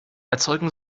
erzeugen